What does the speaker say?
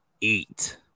eat